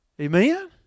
Amen